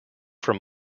from